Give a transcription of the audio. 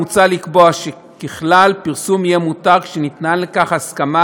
מוצע לקבוע שככלל פרסום יהיה מותר כשניתנה לך הסכמה